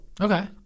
Okay